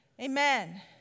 Amen